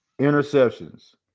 interceptions